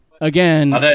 again